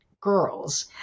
girls